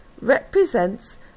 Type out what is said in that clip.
represents